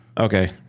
Okay